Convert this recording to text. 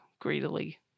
greedily